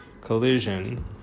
collision